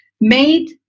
made